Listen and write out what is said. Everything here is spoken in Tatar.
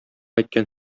әйткән